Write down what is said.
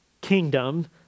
kingdom